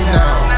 now